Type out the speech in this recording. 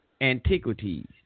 Antiquities